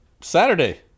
Saturday